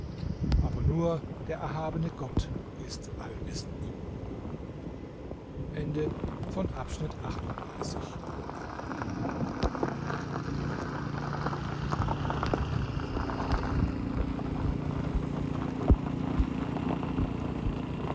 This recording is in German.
aber nur der erhabene gott ist allwissend